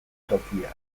tokia